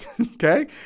okay